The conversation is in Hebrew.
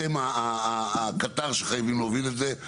אתם הקטר שחייב להוביל את זה,